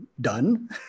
done